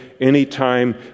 anytime